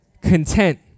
Content